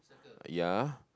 ya